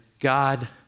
God